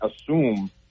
assume